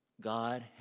God